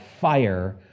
fire